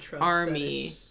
army